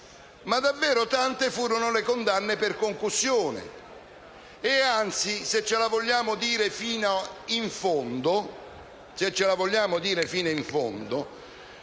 ma davvero tante furono quelle per concussione e anzi - se lo vogliamo dire fino in fondo